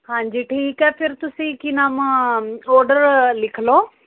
ਹਾਂਜੀ ਠੀਕ ਹੈ ਫੇਰ ਤੁਸੀਂ ਕੀ ਨਾਮ ਓਡਰ ਲਿਖ ਲਓ